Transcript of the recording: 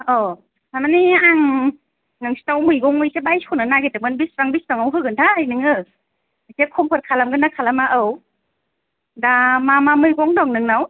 औ थारमानि आं नोंसिनाव मैगं एसे बायस'नो नागिरदंमोन बेसेबां बेसेबांआव होगोन थाय नोङो एसे खमफोर खालामगोन ना खालामा औ दा मा मा मैगं दं नोंनाव